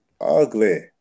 ugly